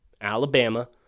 Alabama